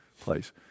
place